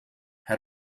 had